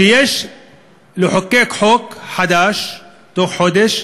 שיש לחוקק חוק חדש בתוך חודש,